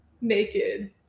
Naked